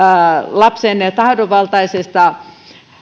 lapsen tahdonvaltaisesta